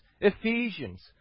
Ephesians